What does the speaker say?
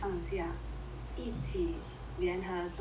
一起联合做一个